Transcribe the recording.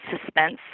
suspense